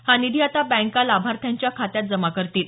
हा निधी आता बँका लाभार्थ्यांच्या खात्यात जमा करतील